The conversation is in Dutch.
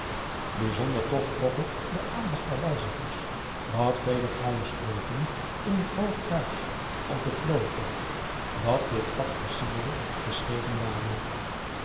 ijzonder toch trok het de aandacht der reizigers dat vele fraaije spreuken in het oogduitsch op het loofwerk dat dit vat versierde geschreven waren